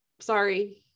sorry